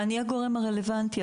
אני הגורם הרלוונטי,